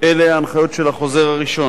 אלה ההנחיות של החוזר הראשון.